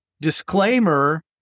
disclaimer